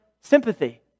sympathy